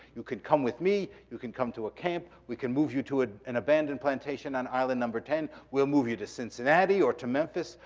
you can come with me. you can come to a camp. we can move you to ah an abandoned plantation on island number ten. we'll move you to cincinnati or to memphis.